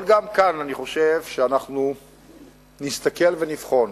אבל גם כאן אני חושב שאנחנו נסתכל ונבחן,